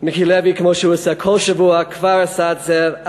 מיקי לוי, כמו שהוא עושה כל שבוע, כבר עשה את זה.